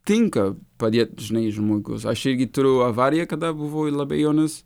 tinka padėt žinai žmogus aš irgi turiu avariją kada buvo labai jaunas